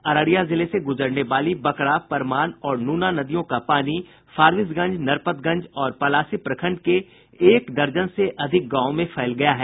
अररिया जिले से गुजरने वाली बकरा परमान और नुना नदियों का पानी फारबिसगंज नरपतगंज और पलासी प्रखंड के एक दर्जन से अधिक गांवों में फैल गया है